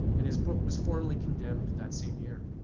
and his book was formally condemned that same year.